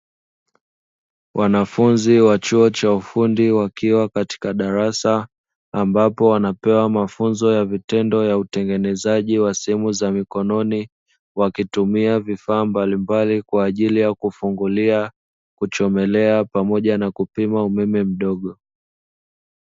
Wanafunzi wa chuo cha ufundi wakiwa katika darasa, ambapo wanapewa mafunzo ya vitendo ya utengenezaji wa simu za mikononi, wakitumia vifaa mbalimbali kwa ajili ya kufungulia, kuchomelea pamoja na kupima umeme mdogo.